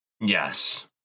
Yes